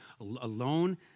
alone